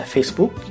Facebook